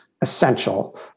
essential